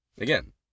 Again